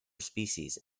species